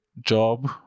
job